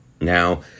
Now